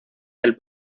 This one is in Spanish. del